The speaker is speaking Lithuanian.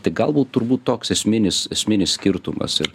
tai galbūt turbūt toks esminis esminis skirtumas ir